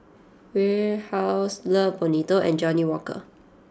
Warehouse Love Bonito and Johnnie Walker